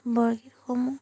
বৰগীতসমূহ